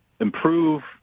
improve